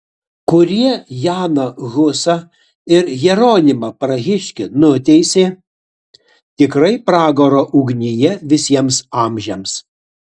kurie janą husą ir jeronimą prahiškį nuteisė tikrai pragaro ugnyje visiems amžiams